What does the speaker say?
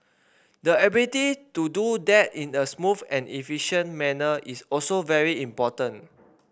the ability to do that in a smooth and efficient manner is also very important